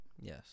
Yes